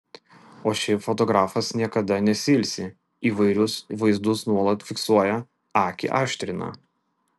o šiaip fotografas niekada nesiilsi įvairius vaizdus nuolat fiksuoja akį aštrina